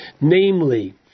Namely